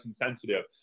insensitive